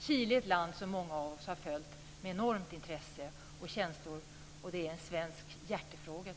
Chile är ett land som många av oss har följt med ett enormt intresse och med många känslor. Jag tycker att det är en svensk hjärtefråga.